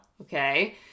Okay